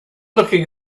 looking